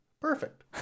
Perfect